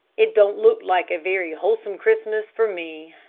it don't look like a very wholesome christmas for me,